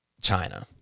China